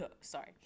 sorry